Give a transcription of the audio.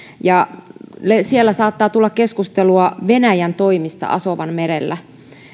ja siellä saattaa tulla keskustelua venäjän toimista asovanmerellä